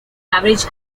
average